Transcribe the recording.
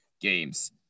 games